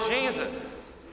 Jesus